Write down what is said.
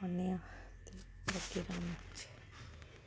पान्ने आं ते बाकी अपने